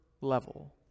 level